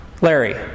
Larry